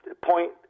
point